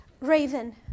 Raven